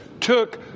took